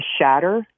shatter